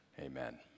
Amen